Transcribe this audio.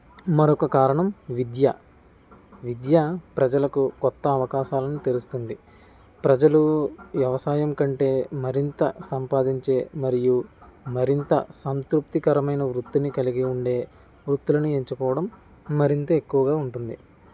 మరొక కారణం విద్య విద్య ప్రజలకు కొత్త అవకాశాలను తెరుస్తుంది ప్రజలు వ్యవసాయం కంటే మరింత సంపాదించే మరియు మరింత సంతృప్తికరమైన వృత్తిని కలిగి ఉండే వృత్తులను ఎంచుకోవడం మరింత ఎక్కువగా ఉంటుంది